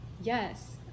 yes